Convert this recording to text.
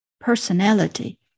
personality